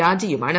രാജയുമാണ്